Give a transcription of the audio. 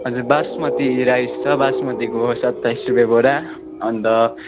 हजुर बासमती राइस छ बासमतीको सत्ताइस रुपे बोरा अन्त